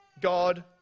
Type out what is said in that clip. God